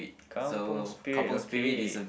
kampung spirit okay